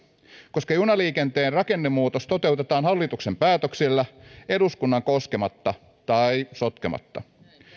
koska junaliikenteen rakennemuutos toteutetaan hallituksen päätöksellä eduskunnan koskematta tai sotkematta